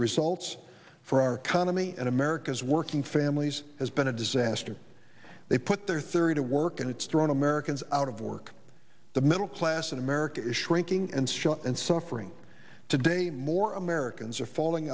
results for our economy and america's working families has been a disaster they put their theory to work and it's thrown americans out of work the middle class in america is shrinking and shot and suffering today more americans are falling